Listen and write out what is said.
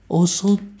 oh so